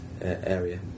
area